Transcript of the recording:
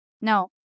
No